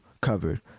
covered